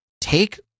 Take